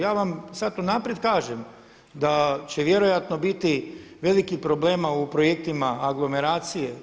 Ja vam sada unaprijed kaže da će vjerojatno biti velikih problema u projektima aglomeracije.